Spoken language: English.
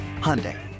Hyundai